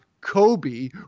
Kobe